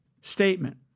statement